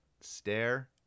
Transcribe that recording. stare